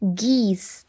geese